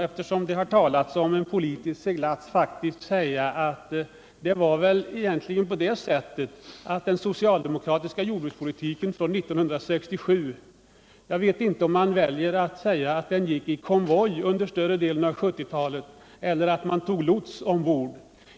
Eftersom det har talats om en politisk seglats vill jag, herr talman, säga att den socialdemokratiska jordbrukspolitiken från 1967 och under större delen av 1970-talet gick i konvoj. Kanske kan man säga att den tog lots ombord.